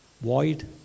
void